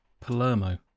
Palermo